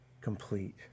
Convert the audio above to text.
complete